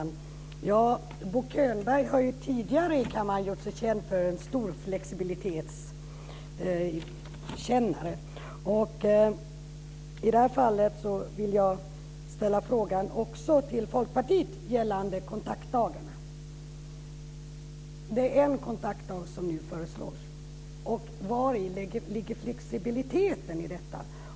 Fru talman! Bo Könberg har tidigare i kammaren gjort sig känd som en stor flexibilitetskännare. I det här fallet vill jag också ställa frågan till Folkpartiet gällande kontaktdagarna. Det är en kontaktdag som nu föreslås. Vari ligger flexibiliteten i detta?